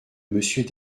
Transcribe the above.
monsieur